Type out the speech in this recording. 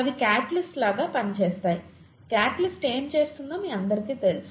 అవి క్యాటలిస్ట్స్ లాగా పనిచేస్తాయి క్యాటలిస్ట్ ఏమి చేస్తుందో మీ అందరికీ తెలుసు